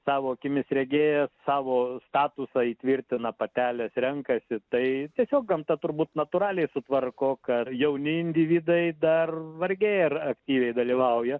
savo akimis regėjęs savo statusą įtvirtina patelės renkasi tai tiesiog gamta turbūt natūraliai sutvarko kad jauni individai dar vargiai ar aktyviai dalyvauja